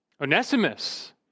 Onesimus